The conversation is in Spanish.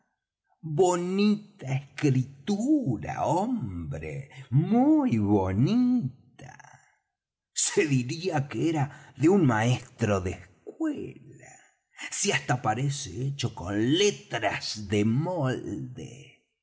bonita escritura hombre muy bonita se diría que era de un maestro de escuela si hasta parece hecho con letras de molde